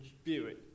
spirit